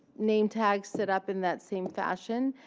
name tags sit up in that same fashion.